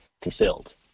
fulfilled